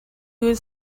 was